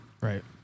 Right